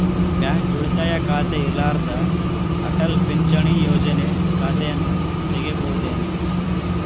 Bank ಉಳಿತಾಯ ಖಾತೆ ಇರ್ಲಾರ್ದ ಅಟಲ್ ಪಿಂಚಣಿ ಯೋಜನೆ ಖಾತೆಯನ್ನು ತೆಗಿಬಹುದೇನು?